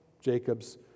Jacob's